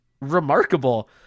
remarkable